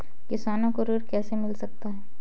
किसानों को ऋण कैसे मिल सकता है?